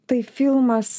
tai filmas